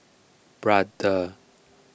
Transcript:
Brother